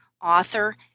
author